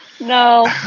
No